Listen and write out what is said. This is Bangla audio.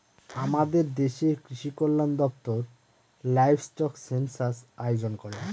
আমাদের দেশের কৃষিকল্যান দপ্তর লাইভস্টক সেনসাস আয়োজন করেন